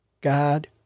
God